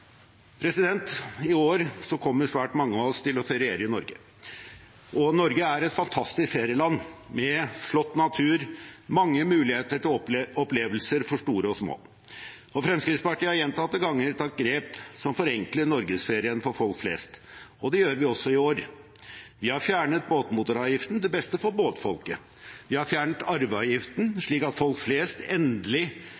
i nye bedrifter. I år kommer svært mange av oss til å feriere i Norge, og Norge er et fantastisk ferieland med flott natur og mange muligheter til opplevelser for store og små. Fremskrittspartiet har gjentatte ganger tatt grep som forenkler norgesferien for folk flest, og det gjør vi også i år. Vi har fjernet båtmotoravgiften til beste for båtfolket. Vi har fjernet arveavgiften,